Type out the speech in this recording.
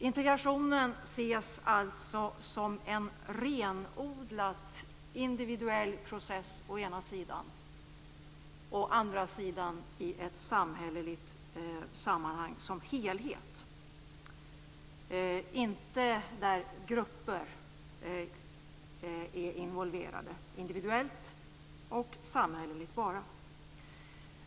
Integrationen ses alltså som en renodlat individuell process å ena sidan och å andra sidan som helhet i ett samhälleligt sammanhang där inte grupper är involverade. Det är bara individuellt och samhälleligt.